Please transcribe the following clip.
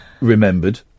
remembered